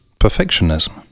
perfectionism